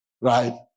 Right